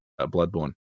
Bloodborne